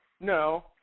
No